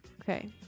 Okay